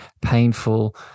painful